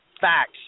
facts